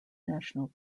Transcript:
national